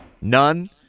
None